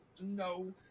No